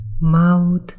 mouth